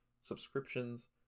subscriptions